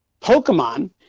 Pokemon